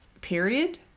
period